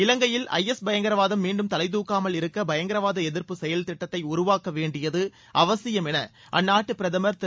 இலங்கையில் I S பயங்கரவாதம் மீண்டும் தலைதூக்காமல் இருக்க பயங்கரவாத எதிர்ப்பு செயல்திட்டத்தை உருவாக்க வேண்டியது அவசியம் என அந்நாட்டு பிரதமர் திரு